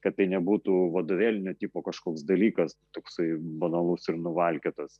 kad tai nebūtų vadovėlinio tipo kažkoks dalykas toksai banalus ir nuvalkiotas